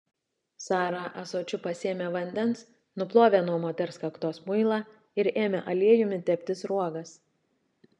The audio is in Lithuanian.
sara ąsočiu pasėmė vandens nuplovė nuo moters kaktos muilą ir ėmė aliejumi tepti sruogas